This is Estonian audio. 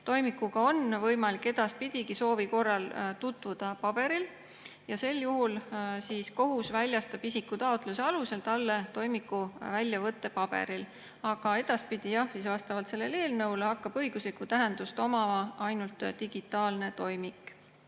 Toimikuga on võimalik edaspidigi soovi korral tutvuda paberil ja sel juhul kohus väljastab isiku taotluse alusel talle toimiku väljavõtte paberil. Aga edaspidi vastavalt sellele eelnõule hakkab õiguslikku tähendust omama ainult digitaalne toimik.